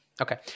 Okay